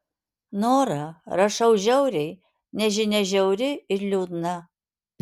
nora rašau žiauriai nes žinia žiauri ir liūdna